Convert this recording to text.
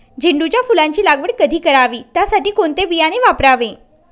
झेंडूच्या फुलांची लागवड कधी करावी? त्यासाठी कोणते बियाणे वापरावे?